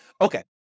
Okay